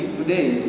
today